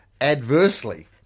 adversely